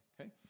okay